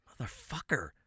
motherfucker